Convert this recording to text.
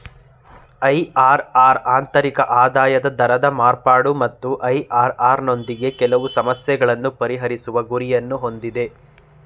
IRR ಆಂತರಿಕ ಆದಾಯದ ದರದ ಮಾರ್ಪಾಡು ಮತ್ತು ಐ.ಆರ್.ಆರ್ ನೊಂದಿಗೆ ಕೆಲವು ಸಮಸ್ಯೆಗಳನ್ನು ಪರಿಹರಿಸುವ ಗುರಿಯನ್ನು ಹೊಂದಿದೆ